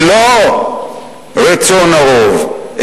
היא לא רצון הרוב,